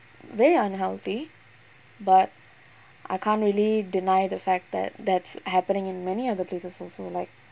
very unhealthy but I can't really deny the fact that that's happening in many other places also like